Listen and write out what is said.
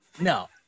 No